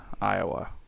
Iowa